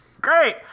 Great